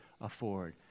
afford